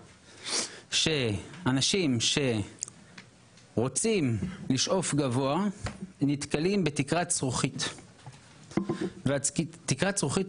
שאנשים שרוצים לשאוף גבוה נתקלים בתקרת זכוכית ותקרת הזכוכית